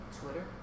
Twitter